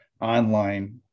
online